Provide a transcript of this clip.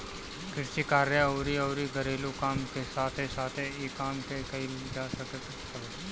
कृषि कार्य अउरी अउरी घरेलू काम के साथे साथे इ काम के कईल जा सकत हवे